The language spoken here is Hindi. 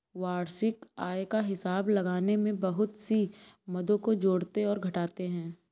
वार्षिक आय का हिसाब लगाने में बहुत सी मदों को जोड़ते और घटाते है